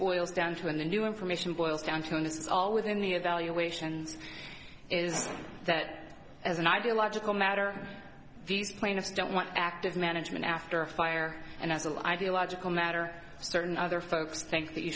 boils down to in the new information boils down to and it's all within the evaluations is that as an ideological matter these plaintiffs don't want active management after a fire and as of ideological matter certain other folks think that you